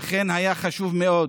לכן היה חשוב מאוד